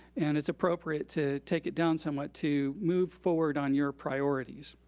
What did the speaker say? and it's appropriate to take it down somewhat to move forward on your priorities.